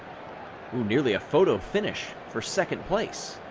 ooh, nearly a photo finish for second place.